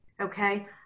okay